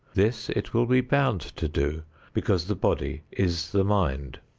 this it will be bound to do because the body is the mind.